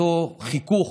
לאותו חיכוך,